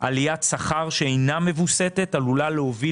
עליית שכר שאינה מווסתת עלולה להוביל